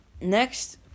Next